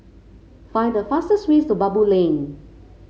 find the fastest way to Baboo Lane